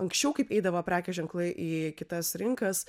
anksčiau kaip eidavo prekių ženklai į kitas rinkas